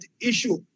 issue